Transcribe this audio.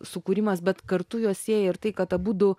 sukūrimas bet kartu juos sieja ir tai kad abudu